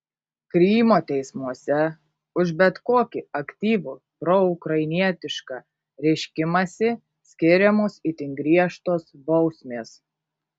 krymo teismuose už bet kokį aktyvų proukrainietišką reiškimąsi skiriamos itin griežtos bausmės